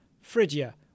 Phrygia